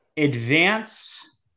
advance